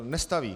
Nestaví.